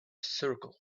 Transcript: circle